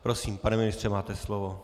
Prosím, pane ministře, máte slovo.